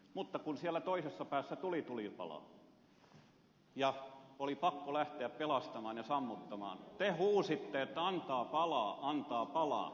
mutta kun siellä toisessa päässä tuli tulipalo ja oli pakko lähteä pelastamaan ja sammuttamaan te huusitte että antaa palaa antaa palaa